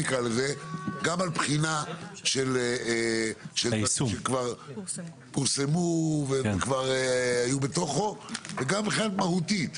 גם לבחינה של מפרטים שכבר פורסמו וכבר היו בתוכו וגם מבחינה מהותית.